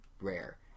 rare